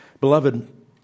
Beloved